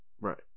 Right